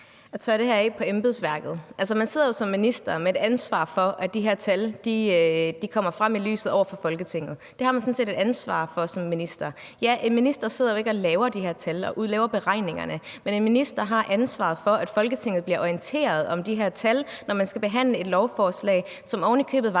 at tørre det af på embedsværket. Man sidder som minister med et ansvar for, at de her tal kommer frem i lyset over for Folketinget, og det har man sådan set et ansvar for som minister. Ja, en minister sidder jo ikke og laver de her tal og laver beregningerne, men en minister har ansvaret for, at Folketinget bliver orienteret om de her tal, når man skal behandle et lovforslag, som ovenikøbet var